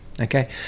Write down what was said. okay